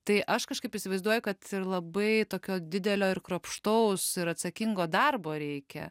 tai aš kažkaip įsivaizduoju ir kad labai tokio didelio ir kruopštaus ir atsakingo darbo reikia